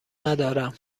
ندارم